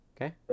Okay